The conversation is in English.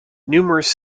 numerous